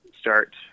start